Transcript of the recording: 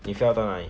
你 fill up 到哪里